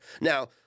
Now